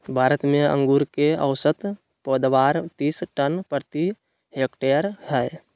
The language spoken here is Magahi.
भारत में अंगूर के औसत पैदावार तीस टन प्रति हेक्टेयर हइ